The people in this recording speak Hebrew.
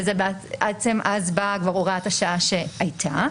וזה בעצם אז באה הוראת השעה שהייתה.